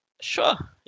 sure